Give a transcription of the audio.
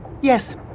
Yes